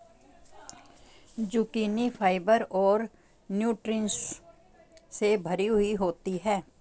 zucchini fibre और nutritions से भरी हुई होती है